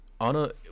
Anna